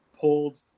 pulled